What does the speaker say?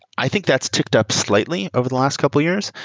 i think that's ticked up slightly over the last couple years,